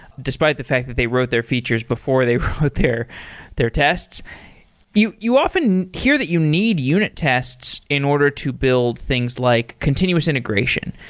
despite the fact that they wrote their features before they wrote their their tests you you often hear that you need unit tests in order to build things, like continuous integration.